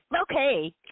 okay